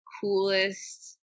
coolest